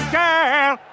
Girl